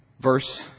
Verse